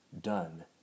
done